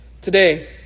Today